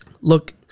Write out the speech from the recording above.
look